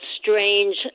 Strange